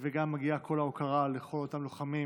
וגם מגיעה כל ההוקרה לכל אותם לוחמים